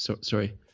sorry